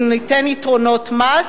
אם ניתן יתרונות מס